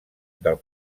del